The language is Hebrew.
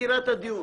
לסגירת הדיון.